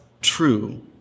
true